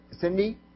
Cindy